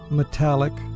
metallic